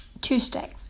Tuesday